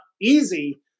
easy